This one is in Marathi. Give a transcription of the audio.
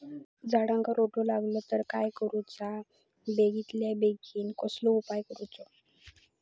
झाडाक रोटो लागलो तर काय करुचा बेगितल्या बेगीन कसलो उपाय करूचो?